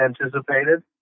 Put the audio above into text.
anticipated